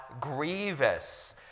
grievous